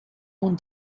und